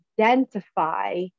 identify